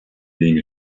being